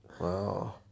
Wow